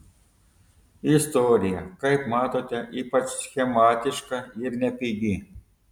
istorija kaip matote ypač schematiška ir nepigi